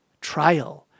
trial